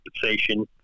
compensation